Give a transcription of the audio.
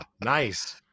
Nice